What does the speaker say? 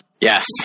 Yes